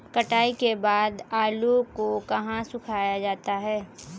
कटाई के बाद आलू को कहाँ सुखाया जाता है?